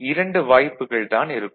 இரண்டு வாய்ப்புகள் தான் இருக்கும்